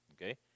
Okay